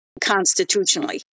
constitutionally